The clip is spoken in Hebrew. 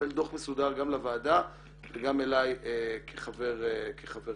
לקבל דוח מסודר גם לוועדה וגם אליי כחבר כנסת.